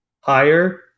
higher